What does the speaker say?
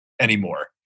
anymore